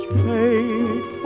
fate